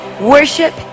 Worship